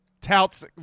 touts